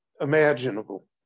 imaginable